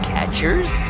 Catchers